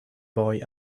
boy